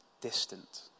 distant